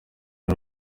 uru